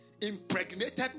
impregnated